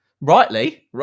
Rightly